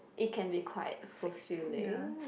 it can be quite fulfilling